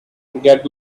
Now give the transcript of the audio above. get